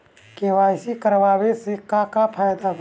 KYC करवला से का का फायदा बा?